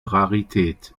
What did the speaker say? rarität